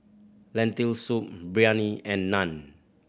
Lentil Soup Biryani and Naan